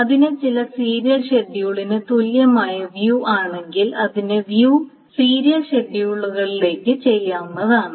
അതിനെ ചില സീരിയൽ ഷെഡ്യൂളിന് തുല്യമായ വ്യൂ ആണെങ്കിൽ അതിനെ വ്യൂ സീരിയലൈസ് ചില സീരിയൽ ഷെഡ്യൂളുകളിലേക് ചെയ്യാവുന്നതാണ്